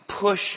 push